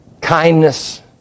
kindness